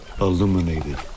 illuminated